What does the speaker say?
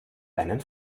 einen